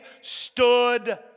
stood